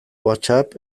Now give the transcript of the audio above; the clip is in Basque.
whatsapp